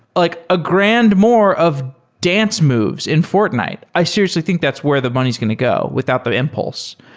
like a grand more of dance moves in fortnite. i seriously think that's where the money is going to go without the impulse,